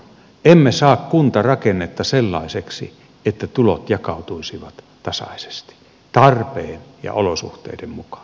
koskaan emme saa kuntarakennetta sellaiseksi että tulot jakautuisivat tasaisesti tarpeen ja olosuhteiden mukaan